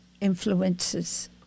influences